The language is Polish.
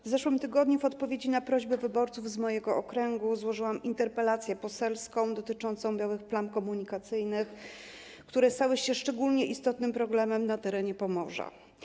W zeszłym tygodniu w odpowiedzi na prośbę wyborców z mojego okręgu złożyłam interpelację poselską dotyczącą białych plam komunikacyjnych, które stały się szczególnie istotnym problem na terenie Pomorza.